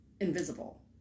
invisible